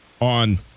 on